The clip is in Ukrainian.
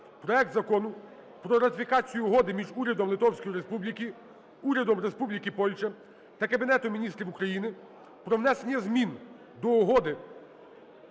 проект Закону про ратифікацію Угоди між Урядом Литовської Республіки, Урядом Республіки Польща та Кабінетом Міністрів України про внесення змін до Угоди